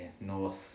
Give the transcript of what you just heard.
North